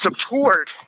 support